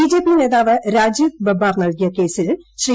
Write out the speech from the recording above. BJP നേതാവ് രാജീവ് ബബ്ബാർ നൽകിയ കേസിൽ ശ്രീ